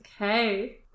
Okay